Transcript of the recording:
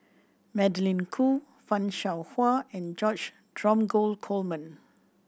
Magdalene Khoo Fan Shao Hua and George Dromgold Coleman